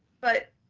but